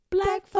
Black